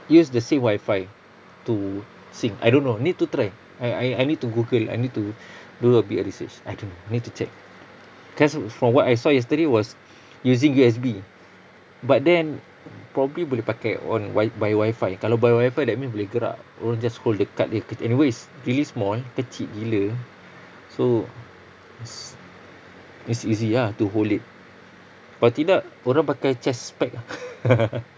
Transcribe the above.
use the same wi-fi to sync I don't know need to try I I I need to google I need to do a bit of research I don't know need to check cause from what I saw yesterday was using U_S_B but then probably boleh pakai on wi~ by wi-fi kalau by wi-fi that means boleh gerak orang just hold dekat jer anyway it's really small kecil gila so it's easy ah to hold it kalau tidak orang pakai chest pack ah